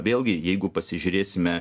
vėlgi jeigu pasižiūrėsime